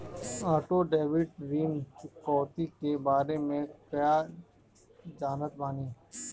Auto debit ऋण चुकौती के बारे में कया जानत बानी?